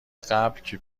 قبل، که